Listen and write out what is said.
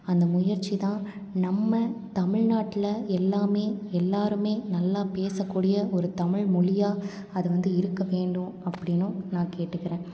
அந்த முயற்சி தான் நம்ம தமிழ்நாட்டில் எல்லாம் எல்லோருமே நல்லா பேச கூடிய ஒரு தமிழ்மொழியாக அது வந்து இருக்க வேண்டும் அப்படினும் நான் கேட்டுக்குறேன்